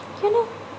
কিন্তু